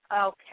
Okay